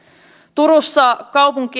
turussa